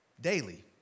daily